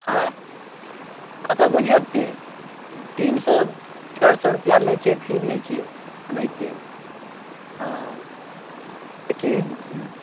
एँ अतऽ बुझिऔ तीन तीन सए चारि सए रुपआ लै छै फी लै छिऐ ओनाहिते हँ तऽ कि ऊँ